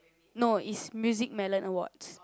no it's Music-Melon-Awards